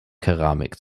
keramik